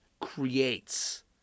creates